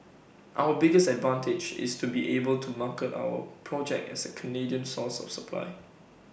our biggest advantage is to be able to market our project as A Canadian source of supply